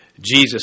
Jesus